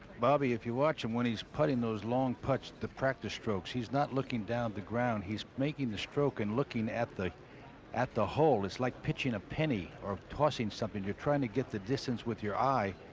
bobby if you watch him, when he's putting those long putts the practice strokes. he's not looking down on the ground. he's making the stroke and looking at the at the hole. it's like pitching a penny or tossing something. you're trying to get the distance with your eye.